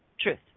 Truth